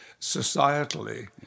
societally